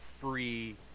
free